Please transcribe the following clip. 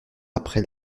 après